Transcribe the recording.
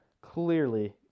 clearly